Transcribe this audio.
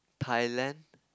Thailand